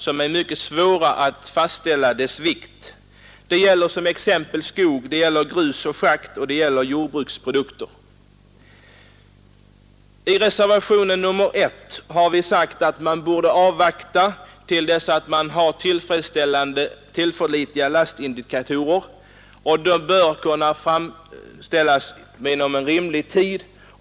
Där är det mycket svårt att fastställa vikten. Detta gäller t.ex. för skogsprodukter, grusoch I reservationen 1 har vi sagt att man borde avvakta till dess vi har fått tillförlitliga lastindikatorer, och sådana bör kunna framställas inom rimlig tid.